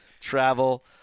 Travel